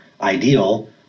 ideal